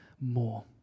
more